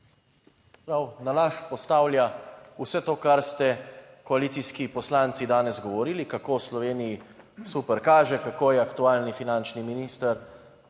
na laž postavlja vse to, kar ste koalicijski poslanci danes govorili kako v Sloveniji super kaže, kako je aktualni finančni minister